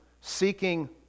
seeking